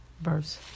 verse